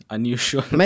Unusual